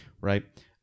right